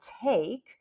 take